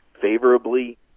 favorably